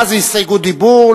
מה זה הסתייגות דיבור,